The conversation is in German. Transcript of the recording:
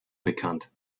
bekannt